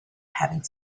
having